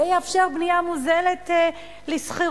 זה יאפשר בנייה מוזלת לשכירות.